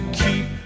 keep